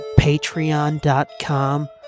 patreon.com